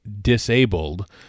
disabled